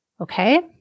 Okay